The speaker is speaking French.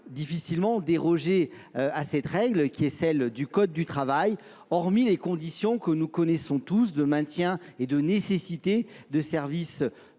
difficilement dérogée à cette règle qui est celle du code du travail hormis les conditions que nous connaissons tous de maintien et de nécessité de services